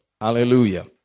Hallelujah